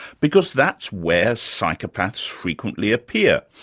because that's where psychopaths frequently appear,